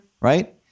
right